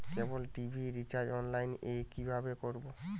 কেবল TV recharge online এ কিভাবে করব?